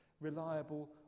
reliable